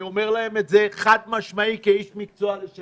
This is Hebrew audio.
אני אומר להם את זה חד-משמעית כאיש מקצוע לשעבר.